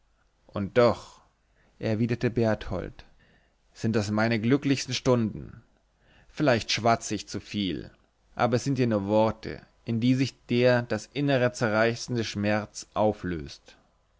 und doch erwiderte berthold sind das meine glücklichsten stunden vielleicht schwatzte ich zu viel aber es sind ja nur worte in die sich der das innere zerreißende schmerz auflöst